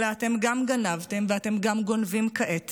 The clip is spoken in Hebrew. אלא גם גנבתם ואתם גונבים גם כעת